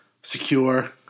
secure